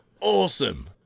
awesome